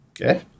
Okay